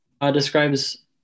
describes